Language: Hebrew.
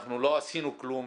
אנחנו לא עשינו כלום,